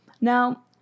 Now